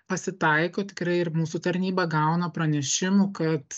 pasitaiko tikrai ir mūsų tarnyba gauna pranešimų kad